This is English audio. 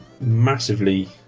massively